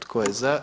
Tko je za?